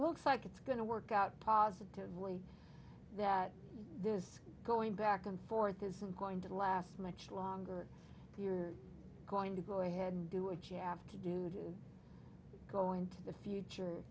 looks like it's going to work out positively that this going back and forth isn't going to last much longer if you're going to go ahead and do a chav to do do go into the future